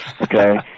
Okay